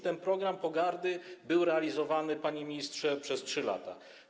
Ten program pogardy był realizowany, panie ministrze, przez 3 lata.